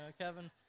Kevin